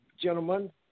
gentlemen